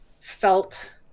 felt